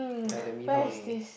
ya they are the middle only